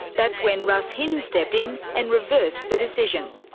that's when russ hinze stepped in and reversed the decision.